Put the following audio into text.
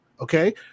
Okay